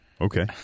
Okay